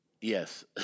Yes